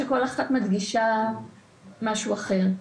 שכל אחת מדגישה משהו אחר.